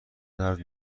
درد